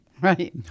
Right